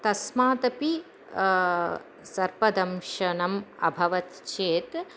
तस्मादपि सर्पदंशनम् अभवत् चेत्